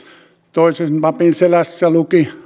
toisen mapin selässä luki